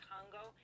Congo